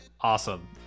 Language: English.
Awesome